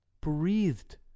breathed